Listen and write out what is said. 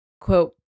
Quote